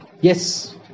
Yes